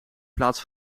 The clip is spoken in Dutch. plaats